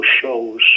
shows